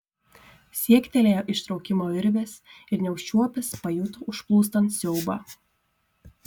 siektelėjo ištraukimo virvės ir neužčiuopęs pajuto užplūstant siaubą